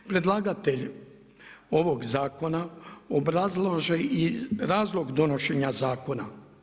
Predlagatelj ovog zakona obrazlaže i razlog donošenja zakona.